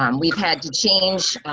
um we've had to change.